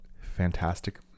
Fantastic